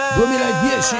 2010